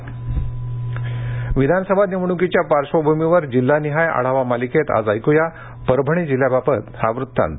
विधानसभा आढावा इंटो विधानसभा निवडणुकीच्या पार्श्वभूमीवर जिल्हानिहाय आढावा मालिकेत आज ऐकूया परभणी जिल्ह्याबाबत हा वृत्तांत